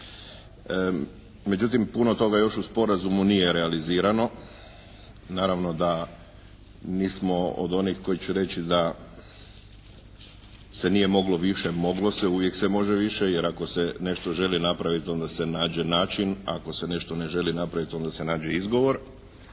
Međutim puno toga još u sporazumu nije realizirano, naravno mi smo od onih koji će reći da se nije moglo više, moglo se, uvijek se može više jer ako se nešto želi napraviti onda se nađe način, ako se nešto ne želi napraviti onda se nađe izgovor.